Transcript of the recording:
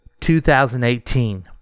2018